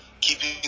keeping